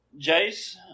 Jace